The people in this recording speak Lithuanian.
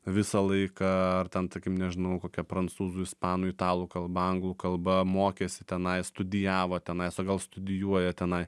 visą laiką ar ten takim nežinau kokia prancūzų ispanų italų kalba anglų kalba mokėsi tenai studijavo tenais o gal studijuoja tenai